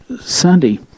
Sunday